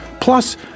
Plus